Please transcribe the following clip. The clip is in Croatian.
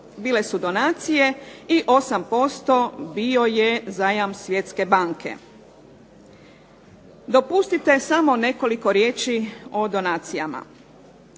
bile su donacije i 8% bio je zajam Svjetske banke. Dopustite samo nekoliko riječi o donacijama.